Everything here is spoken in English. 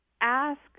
ask